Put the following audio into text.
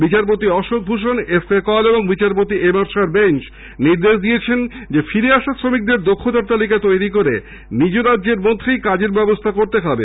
বিচারপতি অশোকভূষণ এসকেকল এবং বিচারপতি এমআর শাহর বেঞ্চ নির্দেশ দিয়েছেন ফিরে আসা শ্রমিকদের দক্ষতার তালিকা তৈরি করে নিজের রাজ্যের মধ্যেই কাজের ব্যবস্থা করতে হবে